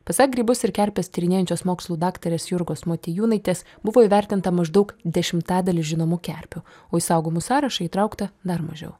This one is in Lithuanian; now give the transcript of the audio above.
pasak grybus ir kerpes tyrinėjančios mokslų daktarės jurgos motiejūnaitės buvo įvertinta maždaug dešimtadalis žinomų kerpių o į saugomų sąrašą įtraukta dar mažiau